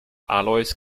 alois